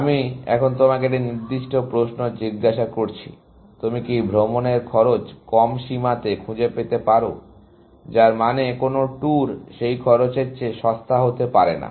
আমি এখন তোমাকে একটি নির্দিষ্ট প্রশ্ন জিজ্ঞাসা করছি তুমি কি ভ্রমণের খরচ কম সীমাতে খুঁজে পেতে পারো যার মানে কোন ট্যুর সেই খরচের চেয়ে সস্তা হতে পারে না